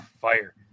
fire